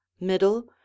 Middle